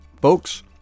Folks